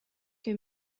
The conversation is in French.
que